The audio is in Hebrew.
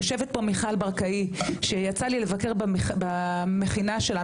יושבת פה מיכל ברקאי שיצא לי לבקר במכינה שלה,